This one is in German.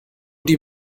die